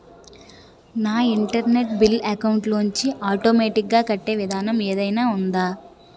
నా internet bill account లోంచి automatic గా కట్టే విధానం ఏదైనా ఉందా?